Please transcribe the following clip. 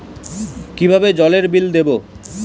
কিভাবে জলের বিল দেবো?